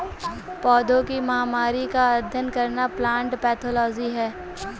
पौधों की महामारी का अध्ययन करना प्लांट पैथोलॉजी है